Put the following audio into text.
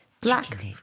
Black